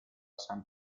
san